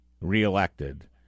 reelected